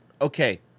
okay